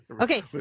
Okay